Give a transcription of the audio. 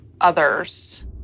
others